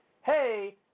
hey